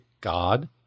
God